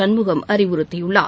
சண்முகம் அறிவுறுத்தியுள்ளார்